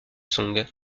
song